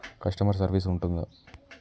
Customer service ఉంటుందా?